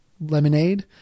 lemonade